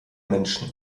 menschen